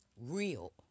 real